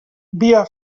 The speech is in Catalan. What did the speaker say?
via